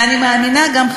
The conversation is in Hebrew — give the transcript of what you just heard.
ואני מאמינה גם,